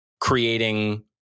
creating